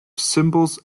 symbols